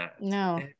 no